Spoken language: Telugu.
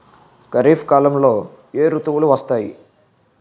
ఖరిఫ్ కాలంలో ఏ ఋతువులు వస్తాయి?